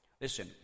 Listen